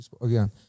again